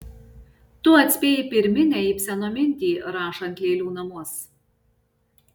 tu atspėjai pirminę ibseno mintį rašant lėlių namus